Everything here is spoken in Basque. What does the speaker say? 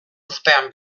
urtean